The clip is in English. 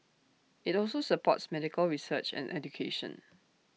IT also supports medical research and education